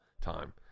time